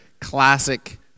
classic